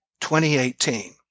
2018